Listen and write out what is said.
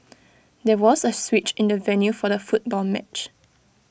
there was A switch in the venue for the football match